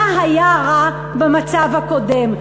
מה היה רע במצב הקודם,